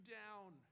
down